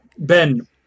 Ben